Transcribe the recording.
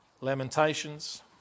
Lamentations